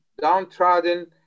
downtrodden